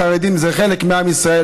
החרדים הם חלק מעם ישראל,